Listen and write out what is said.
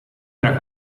era